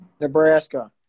Nebraska